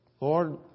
Lord